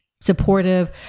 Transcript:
supportive